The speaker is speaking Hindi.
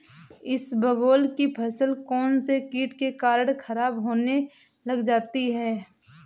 इसबगोल की फसल कौनसे कीट के कारण खराब होने लग जाती है?